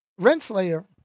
Renslayer